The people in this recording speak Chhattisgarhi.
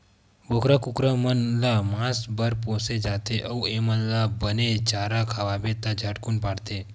बोकरा, कुकरा मन ल मांस बर पोसे जाथे अउ एमन ल बने चारा खवाबे त झटकुन बाड़थे